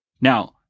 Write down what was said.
Now